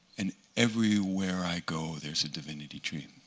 and everywhere i go, there's a divinity tree,